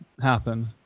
happen